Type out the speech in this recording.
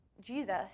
Jesus